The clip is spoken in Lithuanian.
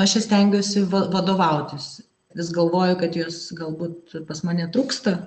aš ja stengiuosi va vadovautis vis galvoju kad jos galbūt pas mane trūksta